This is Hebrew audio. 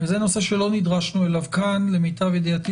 וזה נושא של נדרשנו אליו כאן למיטב ידיעתי,